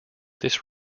this